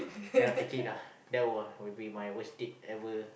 cannot take it lah that will will be my worst deed ever